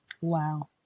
Wow